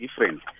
different